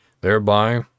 thereby